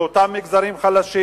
באותם מגזרים חלשים?